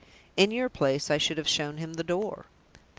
in your place, i should have shown him the door.